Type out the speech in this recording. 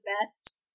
best